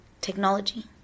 technology